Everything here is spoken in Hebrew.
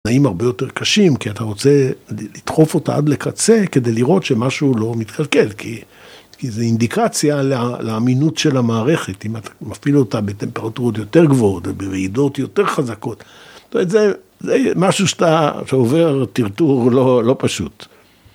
תנאים הרבה יותר קשים כי אתה רוצה לדחוף אותה עד לקצה כדי לראות שמשהו לא מתקלקל כי זו אינדיקציה לאמינות של המערכת אם אתה מפעיל אותה בטמפרטורות יותר גבוהות וברעידות יותר חזקות זה משהו שעובר טרטור לא פשוט